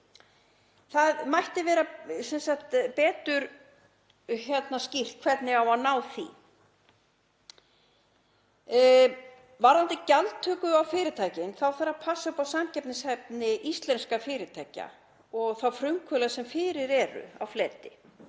Það mætti vera betur skýrt hvernig á að ná því. Varðandi gjaldtöku á fyrirtækin þá þarf að passa upp á samkeppnishæfni íslenskra fyrirtækja og frumkvöðla sem fyrir eru á fleti